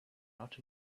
not